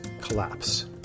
collapse